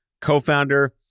co-founder